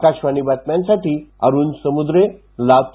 आकाशवाणी बातम्यांसाठी अरूण समुद्रे लात्र